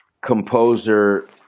composer